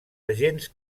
agents